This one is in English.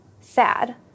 sad